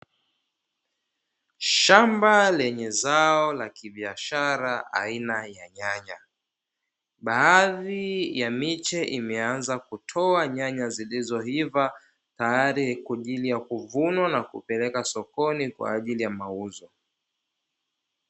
Shamba lenye zao la kibiashara aina ya nyanya, baadhi ya miche imeanza kutoa nyanya zilizoiva tayari kwa ajili ya kuvunwa na kupeleka sokoni kwa ajili ya mauzo.